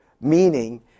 meaning